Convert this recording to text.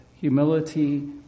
humility